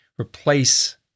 replace